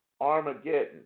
Armageddon